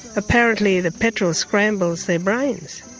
apparently the petrol scrambles their brains.